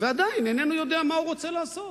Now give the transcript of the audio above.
ועדיין איננו יודע מה הוא רוצה לעשות.